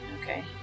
Okay